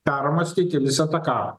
permąstyti visą tą karą